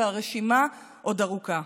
והרשימה עוד ארוכה.